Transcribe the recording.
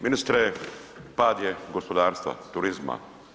Ministre, pad je gospodarstva, turizma.